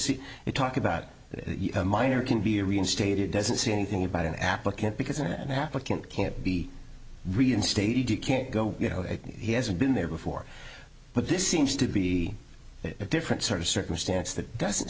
see it talk about the minor can be reinstated it doesn't say anything about an applicant because in an applicant can't be reinstated you can't go you know he hasn't been there before but this seems to be a different sort of circumstance that doesn't